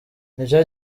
nicyo